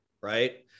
right